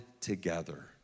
together